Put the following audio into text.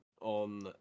on